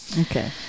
Okay